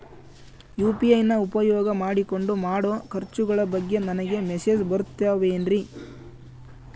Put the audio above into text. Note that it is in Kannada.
ಯು.ಪಿ.ಐ ನ ಉಪಯೋಗ ಮಾಡಿಕೊಂಡು ಮಾಡೋ ಖರ್ಚುಗಳ ಬಗ್ಗೆ ನನಗೆ ಮೆಸೇಜ್ ಬರುತ್ತಾವೇನ್ರಿ?